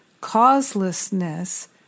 causelessness